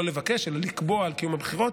לא לבקש אלא לקבוע לגבי קיום הבחירות.